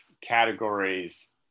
categories